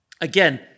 Again